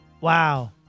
Wow